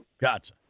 Gotcha